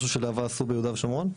משהו שלהב"ה עשו ביהודה ושומרון?